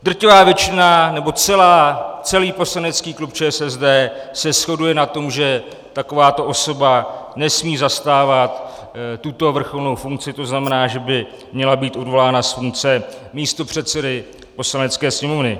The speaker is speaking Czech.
Drtivá většina, nebo celý poslanecký klub ČSSD se shoduje na tom, že takováto osoba nesmí zastávat tuto vrcholnou funkci, to znamená, že by měla být odvolána z funkce místopředsedy Poslanecké sněmovny.